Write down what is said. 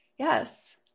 Yes